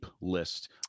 list